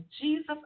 Jesus